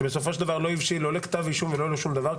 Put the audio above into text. שבסופו של דבר לא הבשיל לא לכתב אישום ולא לשום דבר.